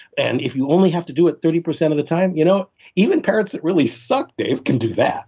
and if you only have to do it thirty percent of the time, you know even parents that really suck, dave, can do that